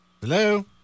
Hello